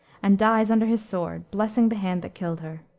and dies under his sword, blessing the hand that killed her.